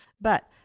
but-